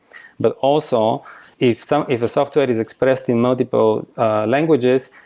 but also if so if a software is expressed in multiple languages,